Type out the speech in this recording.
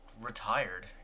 retired